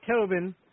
Tobin